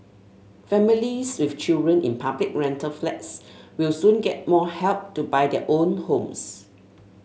families with children in public rental flats will soon get more help to buy their own homes